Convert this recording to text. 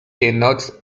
denotes